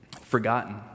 forgotten